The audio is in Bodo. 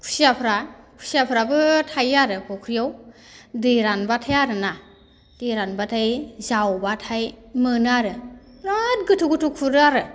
खुसियाफ्रा खुसियाफ्राबो थायोआरो फुख्रियाव दै रानब्लाथाय आरोना दै रानब्लाथाय जावब्लाथाय मोनोआरो बिराद गोथौ गोथौ खुरो आरो